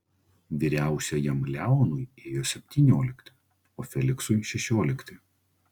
vyriausiajam leonui ėjo septyniolikti o feliksui šešiolikti